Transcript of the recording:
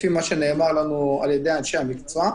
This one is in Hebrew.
לפי מה שנאמר לנו על ידי אנשי המקצוע,